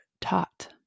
taught